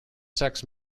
sex